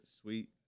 sweet